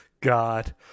God